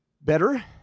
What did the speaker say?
Better